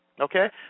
Okay